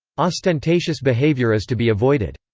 ostentatious behaviour is to be avoided.